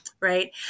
Right